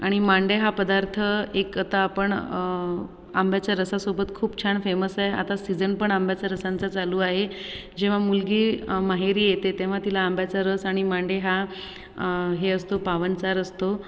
आणि मांडे हा पदार्थ एक आता आपण आंब्याच्या रसासोबत खूप छान फेमस आहे आता सीझन पण आंब्याच्या रसांचा चालू आहे जेव्हा मुलगी माहेरी येते तेव्हा तिला आंब्याचा रस आणि मांडे हा हे असतो पाहुणचार असतो